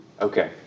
Okay